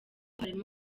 harimo